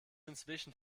inzwischen